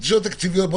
אם